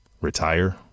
retire